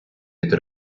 від